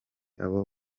abo